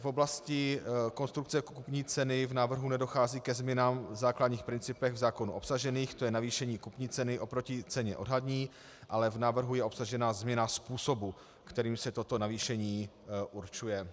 V oblasti konstrukce kupní ceny v návrhu nedochází ke změnám v základních principech v zákonu obsažených, tj. navýšení kupní ceny oproti ceně odhadní, ale v návrhu je obsažená změna způsobu, kterým se toto navýšení určuje.